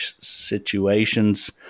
situations